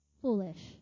foolish